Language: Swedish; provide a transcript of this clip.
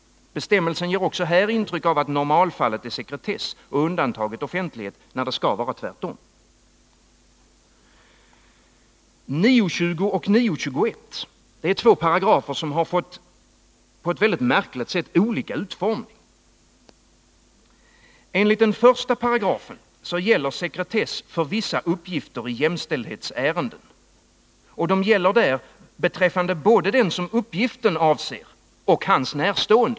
Bestämmelsen ger också här intryck av att normalfallet är sekretess och undantaget är offentlighet, 153 när det skall vara tvärtom. 20 och 21 §§i9 kap. är två paragrafer som på ett märkligt sätt har fått olika utformning. Enligt den första av dessa paragrafer gäller sekretess för vissa uppgifter i jämställdhetsärenden beträffande både den som uppgiften avser och hans närstående.